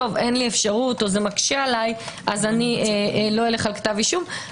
אין לי אפשרות או זה מקשה עליי אז לא אלך על כתב אישום.